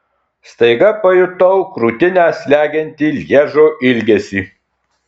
staiga pajutau krūtinę slegiantį lježo ilgesį